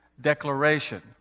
declaration